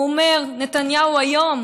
הוא אומר, נתניהו היום,